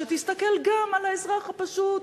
שתסתכל גם על האזרח הפשוט,